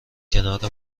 کنار